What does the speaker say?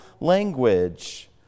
language